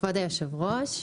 כבוד היושב-ראש,